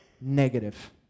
negative